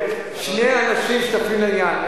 שני אנשים שותפים לעניין,